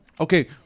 Okay